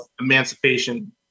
emancipation